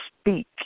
speak